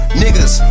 niggas